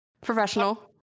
professional